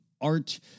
art